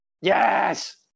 Yes